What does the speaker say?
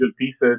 pieces